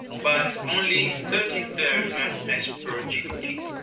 but only thirty third as per gdp.